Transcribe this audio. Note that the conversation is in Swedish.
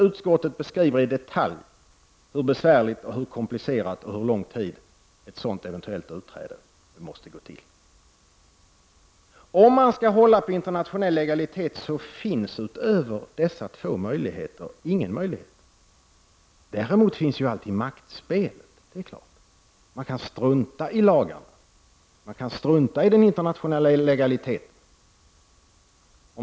Utskottet beskriver i detalj hur besvärligt och komplicerat det är och hur lång tid ett sådant eventuellt utträde kan ta. Skall man hålla på internationell legalitet finns utöver dessa två möjligheter ingen annan möjlighet. Däremot finns ju alltid maktspelet. Man kan strunta i lagarna, och man kan strunta i den internationella legaliteten.